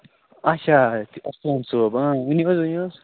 اچھا اَرسَلان صوب ٲں ؤنِو حظ ؤنِو حظ